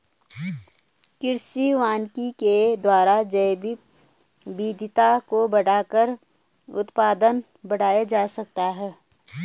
कृषि वानिकी के द्वारा जैवविविधता को बढ़ाकर उत्पादन बढ़ाया जा सकता है